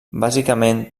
bàsicament